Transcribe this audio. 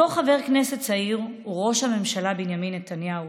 אותו חבר כנסת צעיר הוא ראש הממשלה בנימין נתניהו,